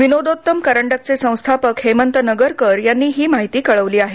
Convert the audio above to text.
विनोदोत्तम करडंकचे संस्थापक हेमंत नगरकर यांनी ही माहिती कळवली आहे